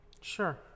Sure